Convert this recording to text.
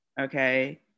okay